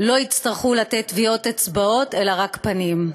לא יצטרכו לתת טביעות אצבעות, אלא רק פנים,